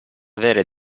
avere